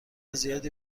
زیادی